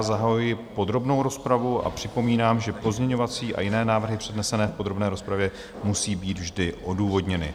Zahajuji podrobnou rozpravu a připomínám, že pozměňovací a jiné návrhy přednesené v podrobné rozpravě musí být vždy odůvodněny.